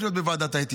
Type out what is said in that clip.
ודיברו איתי